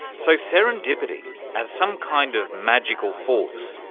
so serendipity as some kind of magical force?